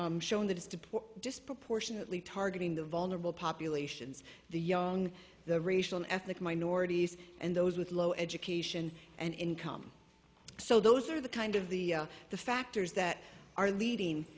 pour disproportionately targeting the vulnerable populations the young the racial ethnic minorities and those with low education and income so those are the kind of the the factors that are leading